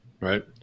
right